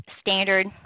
standard